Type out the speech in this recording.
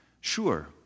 Sure